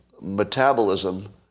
metabolism